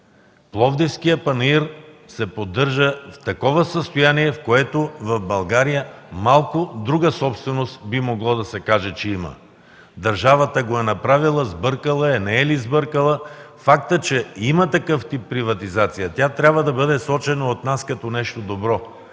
Пловдивският панаир се поддържа в такова състояние, в което в България малко друга собственост би могло да се каже че има. Държавата го е направила – сбъркала ли е, не е ли сбъркала, фактът, че има такъв тип приватизация, тя трябва да бъде сочена от нас като нещо добро.